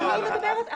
הבעייתיים.